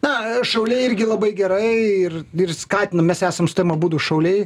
na šauliai irgi labai gerai ir ir skatina mes esam su tavim abudu šauliai